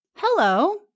Hello